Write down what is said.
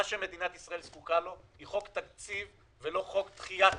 מה שמדינת ישראל זקוקה לו הוא חוק תקציב ולא חוק דחיית תקציב.